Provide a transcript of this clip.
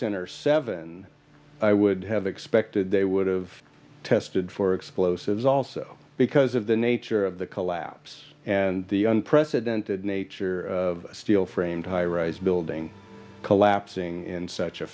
center seven i would have expected they would have tested for explosives also because of the nature of the collapse and the unprecedented nature of steel framed high rise building collapsing in such a